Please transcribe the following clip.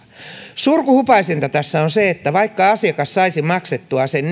surkuhupaisinta tässä on se että vaikka asiakas saisi maksettua sen